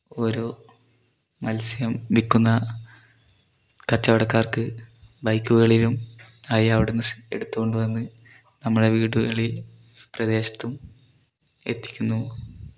ഓരോ മൽസ്യം വിൽക്കുന്ന കച്ചവടക്കാർക്ക് ബൈക്കുകളിലും ആയി അവിടുന്ന് എടുത്തുകൊണ്ട് വന്ന് നമ്മുടെ വീടുകളിൽ പ്രദേശത്തും എത്തിക്കുന്നു